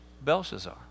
Belshazzar